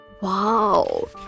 Wow